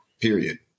period